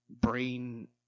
brain